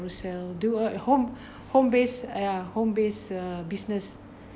Carousel do at home home-based uh home-based uh business